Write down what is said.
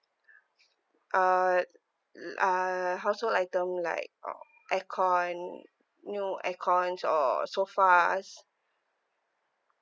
uh uh household item like um aircon you know aircon or sofas